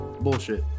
bullshit